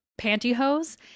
pantyhose